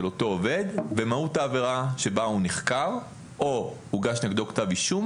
אותו עובד ומהות העבירה שבה הוא נחקר או הוגש נגדו כתב אישום,